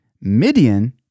Midian